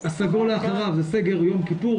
הסגול לאחריו זה סגר יום כיפור,